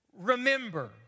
remember